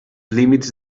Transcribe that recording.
límits